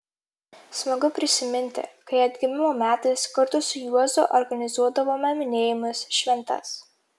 smagu prisiminti kai atgimimo metais kartu su juozu organizuodavome minėjimus šventes